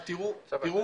נכון,